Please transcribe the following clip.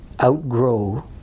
outgrow